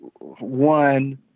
one